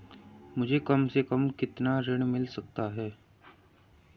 मुझे कम से कम कितना ऋण मिल सकता है?